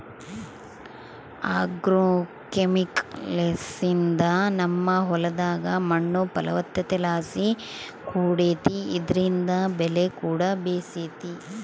ಆಗ್ರೋಕೆಮಿಕಲ್ಸ್ನಿಂದ ನಮ್ಮ ಹೊಲದಾಗ ಮಣ್ಣು ಫಲವತ್ತತೆಲಾಸಿ ಕೂಡೆತೆ ಇದ್ರಿಂದ ಬೆಲೆಕೂಡ ಬೇಸೆತೆ